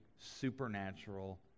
supernatural